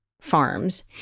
farms